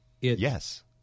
Yes